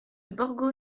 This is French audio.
borgo